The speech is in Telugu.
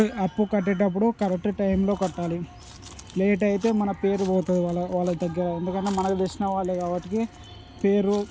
అప్పు కట్టేటప్పుడు కరెక్ట్ టైంలో కట్టాలి లేట్ అయితే మన పేరు పోతుంది వాళ్ళ వాళ్ళ దగ్గర ఎందుకంటే మనకి తెలిసిన వాళ్ళే కాబట్టి పేరు